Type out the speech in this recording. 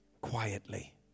quietly